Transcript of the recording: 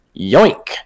Yoink